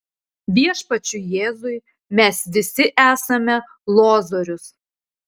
viešpačiui jėzui mes visi esame lozorius